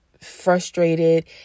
frustrated